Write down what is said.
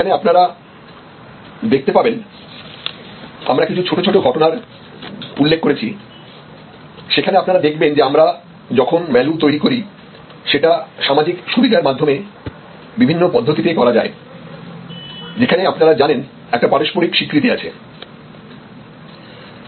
সেখানে আপনারা দেখতে পাবেন আমরা কিছু ছোট ছোট ঘটনার উল্লেখ করেছি সেখানে আপনারা দেখবেন যে আমরা যখন ভ্যালু তৈরি করি সেটা সামাজিক সুবিধার মাধ্যমে বিভিন্ন পদ্ধতিতে করা যায় যেখানে আপনারা জানেন একটা পারস্পরিক স্বীকৃতি আছে